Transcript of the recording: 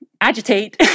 agitate